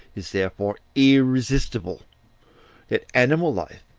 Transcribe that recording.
is therefore irresistible that animal life,